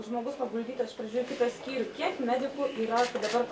žmogus paguldytas pradžioj į kitą skyrių kiek medikų yra tai dabar